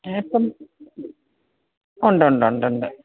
എപ്പോള് ഉണ്ടുണ്ടുണ്ടുണ്ട്